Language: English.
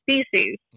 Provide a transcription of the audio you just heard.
species